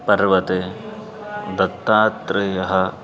पर्वते दत्तात्रेयः